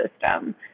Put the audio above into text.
system